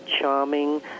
charming